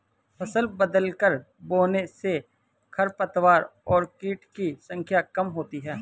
फसल बदलकर बोने से खरपतवार और कीट की संख्या कम होती है